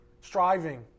striving